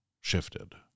shifted